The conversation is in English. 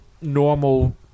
normal